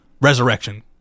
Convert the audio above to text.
Resurrection